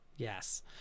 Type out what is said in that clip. Yes